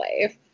life